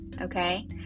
okay